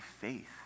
faith